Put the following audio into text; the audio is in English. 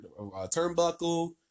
turnbuckle